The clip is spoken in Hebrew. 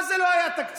מה זה "לא היה תקציב"?